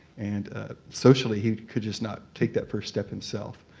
and socially he could just not take that first step himself.